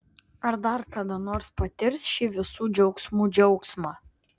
ar dar kada nors patirs šį visų džiaugsmų džiaugsmą